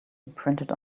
printed